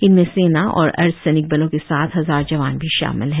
इनमें सेना और अर्द्ध सैनिक बलों के सात हजार जवान भी शामिल हैं